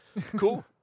Cool